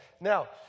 Now